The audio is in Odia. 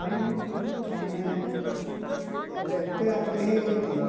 ତେଣୁ ସେମାନେ ଏବେ ଏତେ ଆଗ୍ରହୀ ହେଇଛନ୍ତି